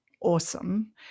awesome